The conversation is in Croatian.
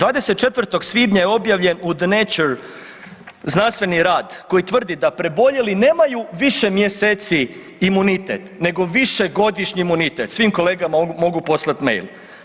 24. svibnja je objavljen u The Nature znanstveni rad koji tvrdi da preboljeli nemaju više mjeseci imunitet nego višegodišnji imunitet, svim kolegama mogu poslat mail.